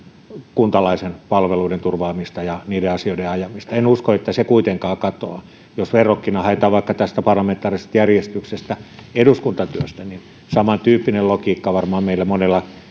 kuntalaisten palveluiden turvaamista ja heidän asioidensa ajamista en usko että se kuitenkaan katoaa jos verrokkia haetaan vaikka tästä parlamentaarisesta järjestyksestä eduskuntatyöstä niin tässä on samantyyppinen logiikka varmaan meillä monella